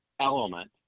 element